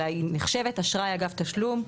אלא היא נחשבת לאשראי אגף תשלום,